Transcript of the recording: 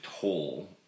toll